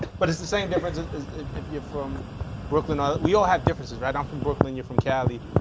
but it's the same difference as if you're from brooklyn, ah we all have differences, right? i'm from brooklyn, your from cali?